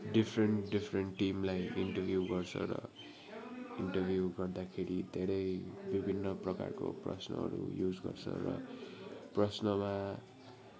different different टिमलाई interview गर्छ र इन्टरभ्यु गर्दाखेरि धेरै विभिन्न प्रकारको प्रश्नहरू युज गर्छ र प्रश्नमा